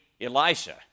Elisha